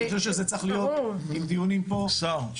אני חושב שזה צריך להיות עם דיונים פה שצריכים